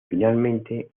finalmente